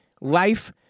life